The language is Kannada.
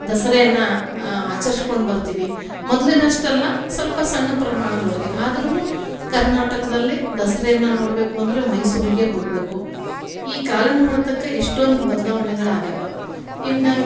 ದಸರೆಯನ್ನ ಆಚರಿಸ್ಕೊಂಡು ಬರ್ತಿವಿ ಮೊದಲಿನಷ್ಟಲ್ಲ ಸ್ವಲ್ಪ ಸಣ್ಣ ಪ್ರಮಾಣದೊಳಗೆ ಆದ್ರು ಕರ್ನಾಟಕದಲ್ಲಿ ದಸರೆಯನ್ನ ನೋಡಬೇಕು ಅಂದರೆ ಮೈಸೂರಿಗೇ ಹೋಗಬೇಕು ಈ ಕಾಲನ ಹೊಡೆತಕ್ಕೆ ಇಷ್ಟೊಂದು ಬದಲಾವಣೆಗಳಾಗ್ಯವ ಇನ್ನು